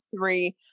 three